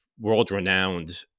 world-renowned